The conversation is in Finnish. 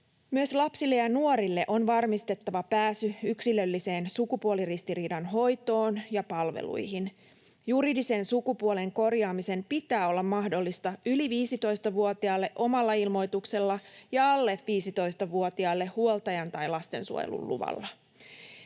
Myös lapsille ja nuorille on varmistettava pääsy yksilölliseen sukupuoliristiriidan hoitoon ja palveluihin. Juridisen sukupuolen korjaamisen pitää olla mahdollista yli 15-vuotiaille omalla ilmoituksella ja alle 15-vuotiaille huoltajan tai lastensuojelun luvalla.